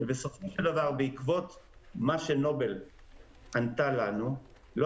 בסופו של דבר בעקבות מה שנובל ענתה לנו לא